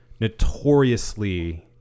notoriously